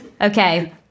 Okay